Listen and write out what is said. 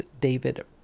David